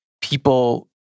people